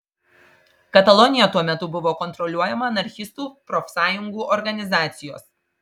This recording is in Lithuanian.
katalonija tuo metu buvo kontroliuojama anarchistų profsąjungų organizacijos